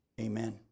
amen